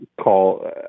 call